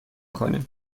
کنیم